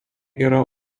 yra